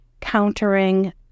countering